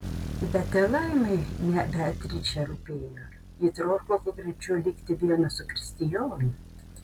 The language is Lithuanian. bet ir laimai ne beatričė rūpėjo ji troško kuo greičiau likti viena su kristijonu